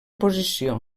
posició